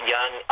Young